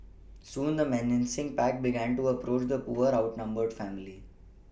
soon the menacing pack began to approach the poor outnumbered family